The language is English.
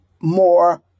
more